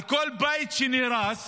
על כל בית שנהרס